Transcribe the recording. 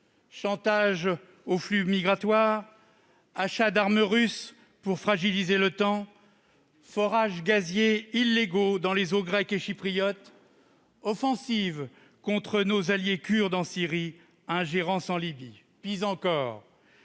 chantage aux flux migratoires, achat d'armes russes pour fragiliser l'OTAN, forages gaziers illégaux dans les eaux grecques et chypriotes, offensives contre nos alliés kurdes en Syrie, ingérence en Libye. Pis encore,